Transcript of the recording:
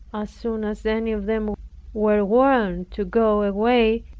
soon as any of them were warned to go away,